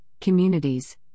communities